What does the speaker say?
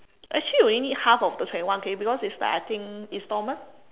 actually we only need half of the twenty one K because it's like I think instalment